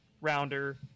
rounder